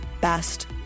best